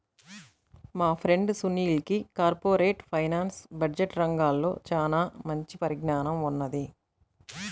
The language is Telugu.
మా ఫ్రెండు సునీల్కి కార్పొరేట్ ఫైనాన్స్, బడ్జెట్ రంగాల్లో చానా మంచి పరిజ్ఞానం ఉన్నది